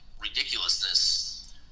ridiculousness